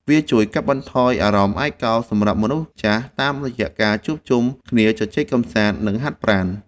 វាជួយកាត់បន្ថយអារម្មណ៍ឯកោសម្រាប់មនុស្សចាស់ តាមរយៈការជួបជុំគ្នាជជែកកម្សាន្ត និងហាត់ប្រាណ។